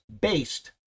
based